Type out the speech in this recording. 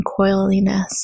coiliness